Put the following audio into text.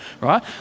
right